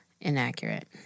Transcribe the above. Inaccurate